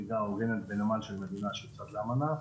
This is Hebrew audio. מפליגה או עוגנת בנמל של מדינה שהיא צד לאמנה,